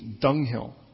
dunghill